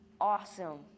Awesome